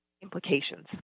implications